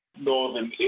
northern